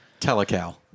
telecal